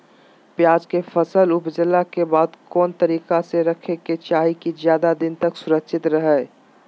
प्याज के फसल ऊपजला के बाद कौन तरीका से रखे के चाही की ज्यादा दिन तक सुरक्षित रहय?